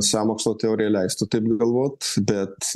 sąmokslo teorija leistų taip galvot bet